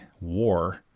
war